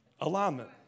Alignment